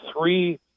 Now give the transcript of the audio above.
three